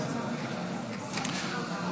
הסכם כניעה מביש.